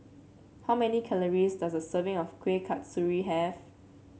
how many calories does a serving of Kueh Kasturi have